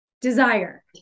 desire